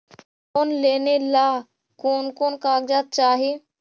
Loan लेने ला कोन कोन कागजात चाही?